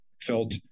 felt